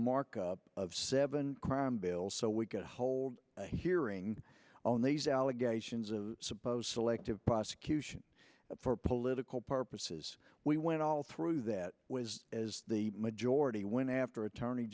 mark of seven crime bill so we could hold a hearing on these allegations of supposed selective prosecution for political purposes we went all through that was as the majority went after attorney